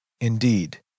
Indeed